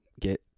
get